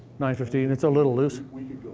nine fifteen it's a little loose? we